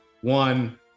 one